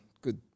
good